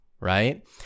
Right